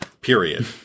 period